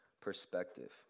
perspective